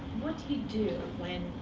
what do you do when